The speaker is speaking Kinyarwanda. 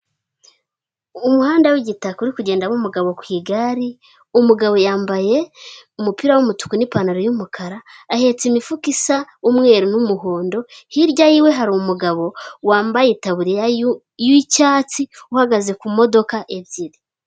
Umuhanda w'igitaka uri kugendamo umugabo ku igare, umugabo yambaye umupira w'umutuku n'ipantaro y'umukara, ahetse imifuka isa umweru n'umuhondo, hirya yiwe hari umugabo wambaye itaburiya y'icyatsi, uhagaze ku modoka ebyiri.